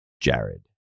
Jared